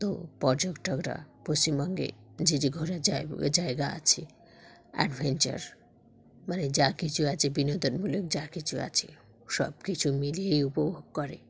তো পর্যটকরা পশ্চিমবঙ্গে যে যে ঘোরার জায় জায়গা আছে অ্যাডভেঞ্চার মানে যা কিছু আছে বিনোদনমূলক যা কিছু আছে সব কিছু মিলিয়েই উপভোগ করে